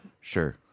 Sure